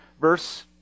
Verse